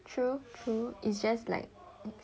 true true it's just like